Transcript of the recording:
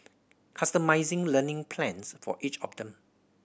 customising learning plans for each of them